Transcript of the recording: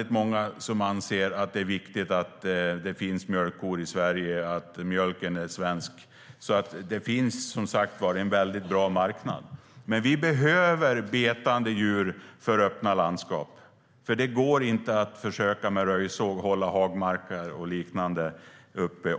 att många anser att det är viktigt att det finns mjölkkor i Sverige, att mjölken är svensk. Det finns, som sagt, en mycket bra marknad. Vi behöver betande djur för öppna landskap. Det går inte att med röjsåg försöka hålla hagmarker och liknande öppna.